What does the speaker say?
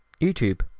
YouTube